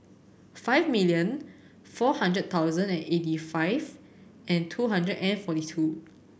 five million four hundred thousand and eighty five and two hundred and forty two